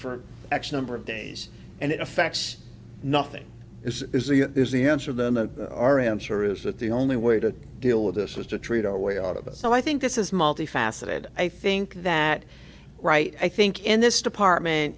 for x number of days and it affects nothing is is the is the answer the our answer is that the only way to deal with this is to treat our way out of it so i think this is multi faceted i think that right i think in this department